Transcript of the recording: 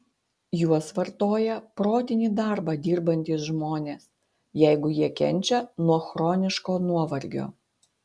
juos vartoja protinį darbą dirbantys žmonės jeigu jie kenčia nuo chroniško nuovargio